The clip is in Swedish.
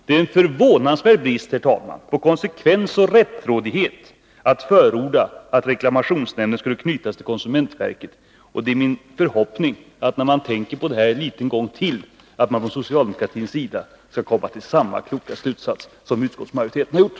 Det är en förvånansvärd brist på konsekvens och rättrådighet att förorda att reklamationsnämnden skulle knytas till konsumentverket. Och det är min förhoppning att man från socialdemokratins sida, när man tänker på detta en gång till, skall komma till samma kloka slutsats som utskottsmajoriteten har gjort.